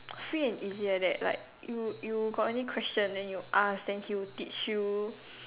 free and easy like that like you you got any question then you ask then he will teach you